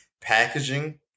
packaging